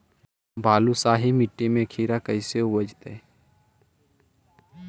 बालुसाहि मट्टी में खिरा कैसे उपजतै?